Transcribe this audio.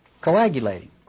coagulating